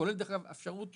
כולל דרך אגב האפשרות